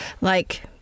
like-